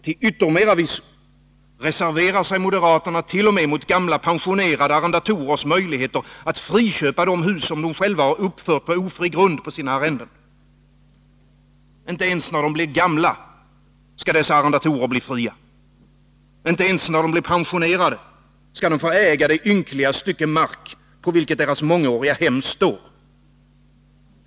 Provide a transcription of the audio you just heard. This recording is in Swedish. Till yttermera visso reserverar sig moderaterna t.o.m. mot gamla pensionerade arrendatorers möjligheter att friköpa de hus som de uppfört på ofri grund på sina arrenden. Inte ens när de blir gamla skall dessa arrendatorer bli fria. Inte ens när de blir pensionerade skall de få äga det ynkliga stycke mark på vilket deras mångåriga hem står.